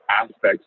aspects